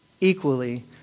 equally